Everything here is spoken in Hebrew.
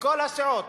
מכל הסיעות,